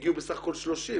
הביעו בסך הכל 30,